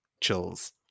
chills